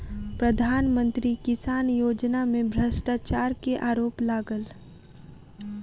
प्रधान मंत्री किसान योजना में भ्रष्टाचार के आरोप लागल